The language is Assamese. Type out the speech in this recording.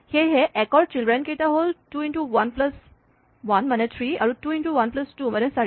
সেয়েহে একৰ চিল্ড্ৰেন কেইটা হ'ল two into one plus one মানে থ্ৰী আৰু two into one plus two মানে চাৰি